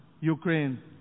Ukraine